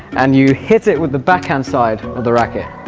and you hit it with the backhand side of the racket.